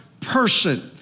person